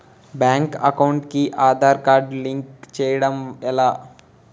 Bank account కి Aadhaar card link చేయడం ఎలా?